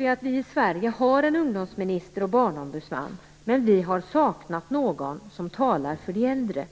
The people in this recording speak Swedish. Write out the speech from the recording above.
Vi har i Sverige en ungdomsminister och en barnombudsman, men vi saknar någon som talar för de äldre.